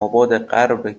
آبادغرب